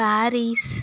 Paris